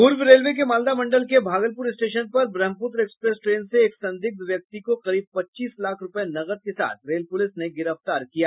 पूर्व रेलवे के मालदा मंडल के भागलपुर स्टेशन पर ब्रह्मपुत्र एक्सप्रेस ट्रेन से एक संदिग्ध व्यक्ति को करीब पच्चीस लाख रुपये नकद के साथ रेल पुलिस ने गिरफ्तार कर लिया